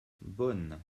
beaune